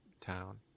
town